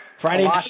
Friday